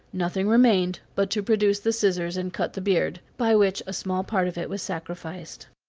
nothing remained but to produce the scissors and cut the beard, by which a small part of it was sacrificed.